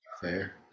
Fair